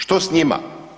Što s njima?